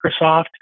Microsoft